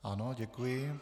Ano, děkuji.